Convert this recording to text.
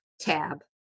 tab